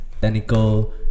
technical